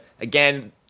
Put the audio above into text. Again